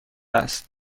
است